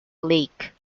lake